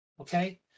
Okay